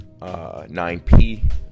9P